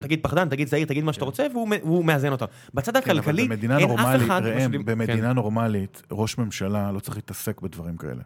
תגיד פחדן, תגיד זהיר, תגיד מה שאתה רוצה, והוא מ... והוא מאזן אותה. בצד הכלכלי, אין אף אחד... במדינה נורמלית ראש ממשלה לא צריך להתעסק בדברים כאלה.